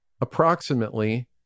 approximately